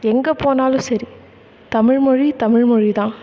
எங்கே போனாலும் சரி தமிழ்மொழி தமிழ்மொழிதான்